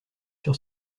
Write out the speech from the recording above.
sur